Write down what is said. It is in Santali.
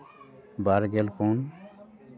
ᱵᱟᱨ ᱜᱮᱞ ᱯᱩᱱ